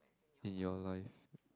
in your life